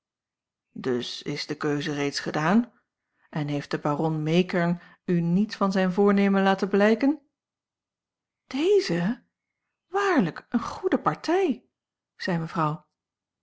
dus is de keuze reeds gedaan en heeft de baron meekern u niets van zijn voornemen laten blijken deze waarlijk eene goede partij zei mevrouw